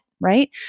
right